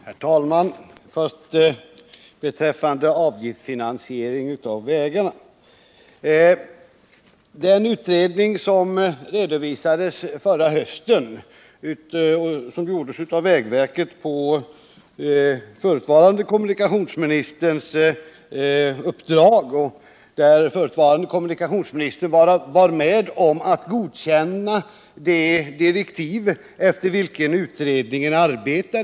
Herr talman! Vad först beträffar avgiftsfinanseringen av vägarna vill jag säga att en utredning arbetat med detta. Dess resultat redovisades förra hösten, och den hade utförts av vägverket på förutvarande kommunikationsministerns uppdrag. Den förutvarande kommunikationsministern godkände också de direktiv efter vilka utredningen arbetat.